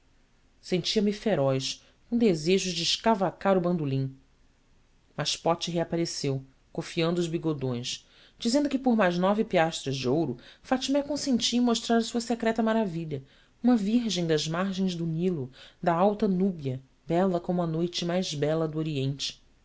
irra sentia-me feroz com desejos de escavacar o bandolim mas pote reapareceu cofiando os bigodões dizendo que por mais nove piastras de ouro fatmé consentia em mostrar a sua secreta maravilha uma virgem das margens do nilo da alta núbia bela como a noite mais bela do oriente